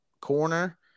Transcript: corner